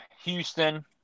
Houston